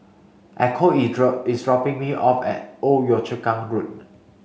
Echo is is dropping me off at Old Yio Chu Kang Road